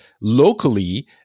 locally